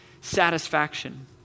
satisfaction